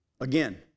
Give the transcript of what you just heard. again